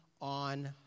on